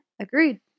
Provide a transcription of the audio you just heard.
agreed